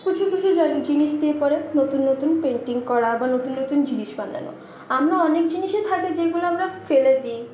কিছু কিছু জিনিস দিয়ে পরে নতুন নতুন পেন্টিং করা বা নতুন নতুন জিনিস বানানো আমরা অনেক জিনিসই থাকে যেগুলো আমরা ফেলে দিই